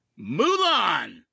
Mulan